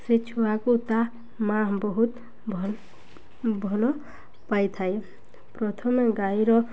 ସେ ଛୁଆକୁ ତା' ମା' ବହୁତ ଭଲ ଭଲ ପାଇଥାଏ ପ୍ରଥମେ ଗାଈର